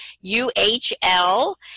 U-H-L